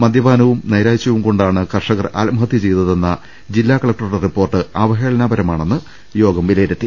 മദ്യപാനവും നൈരാശ്യവുംകൊണ്ടാണ് കർഷകർ ആത്മഹത്യ ചെയ്തതെന്ന ജില്ലാ കളക്ടറുടെ റിപ്പോർട്ട് അവഹേളനമാണെന്ന് പ്രതി ഷേധയോഗം വിലയിരുത്തി